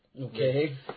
Okay